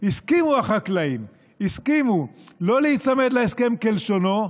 הסכימו החקלאים לא להיצמד להסכם כלשונו,